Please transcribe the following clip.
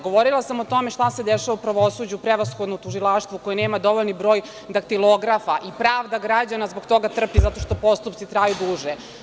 Govorila sam o tome šta se dešava u pravosuđu, prevashodno u Tužilaštvu koje nema dovoljan broj daktilografa i pravda građana zbog toga trpi, zato što postupci traju duže.